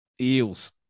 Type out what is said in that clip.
Eels